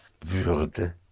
würde